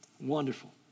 Wonderful